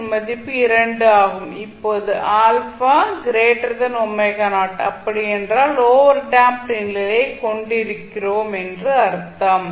யின் மதிப்பு 2 ஆகும் இப்போது அப்படி என்றால் ஓவர் டேம்ப்ட் நிலையைக் கொண்டிருக்கிறோம் என்று அர்த்தம்